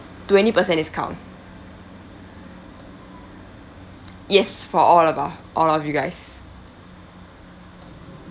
twenty percent discount yes for all of all all of you guys